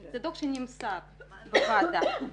זה הדוח שנמסר בוועדה.